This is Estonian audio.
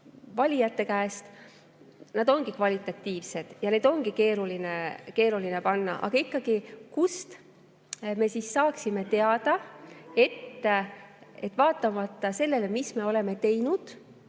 valijate käest. Nad ongi kvalitatiivsed ja neid ongi keeruline panna. Aga ikkagi, kust me saaksime teada, et vaatamata sellele, mis me oleme teinud